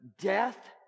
Death